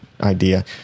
idea